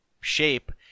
shape